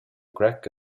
crack